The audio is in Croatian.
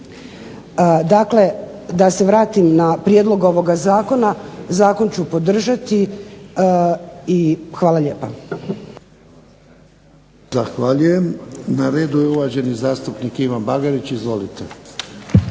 Dakle, da se vratim na prijedlog ovoga zakona. Zakon ću podržati i hvala lijepa. **Jarnjak, Ivan (HDZ)** Zahvaljujem. Na redu je uvaženi zastupnik Ivan Bagarić. Izvolite.